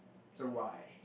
so why